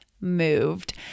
moved